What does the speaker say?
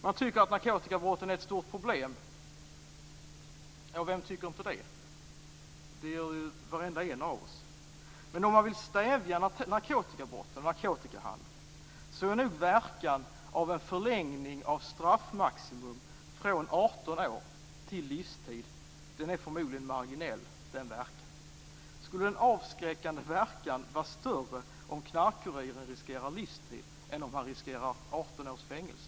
Man tycker att narkotikabrotten är ett stort problem. Ja, vem tycker inte det? Det gör ju varenda en av oss. Men om man vill stävja narkotikabrotten och narkotikahandeln är nog verkan av en förlängning av straffmaximum från 18 år till livstid förmodligen marginell. Skulle den avskräckande verkan vara större om knarkkuriren riskerar livstid än om han riskerar 18 års fängelse?